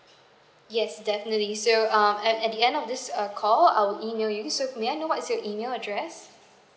yes definitely so um at the end of this uh call I'll email you so may I know what's your email address